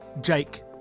Jake